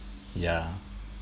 yeah